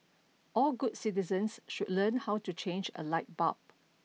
all good citizens should learn how to change a light bulb